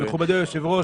מכובדי היושב-ראש,